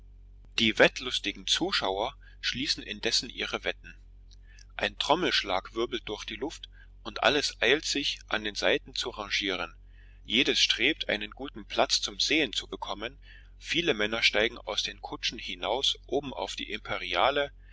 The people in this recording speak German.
die wettlustigen zuschauer schließen indessen ihre wetten ein trommelschlag wirbelt durch die luft und alles eilt sich an den seiten zu rangieren jedes strebt einen guten platz zum sehen zu bekommen viele männer steigen aus den kutschen hinaus oben auf die imperiale